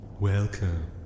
Welcome